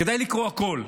כדאי לקרוא הכול,